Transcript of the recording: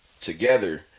together